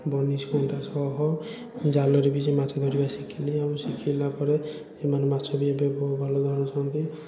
ବନିଶୀ କଣ୍ଟା ସହ ଜାଲରେ ବି ଯେଉଁ ମାଛ ଧରିବା ଶିଖେଇଲି ଆଉ ଶିଖିଲା ପରେ ଏମାନେ ମାଛ ବି ଏବେ ଭଲ ଧରିବା ଭଲ ଧରୁଛନ୍ତି